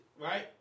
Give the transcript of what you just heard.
Right